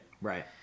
Right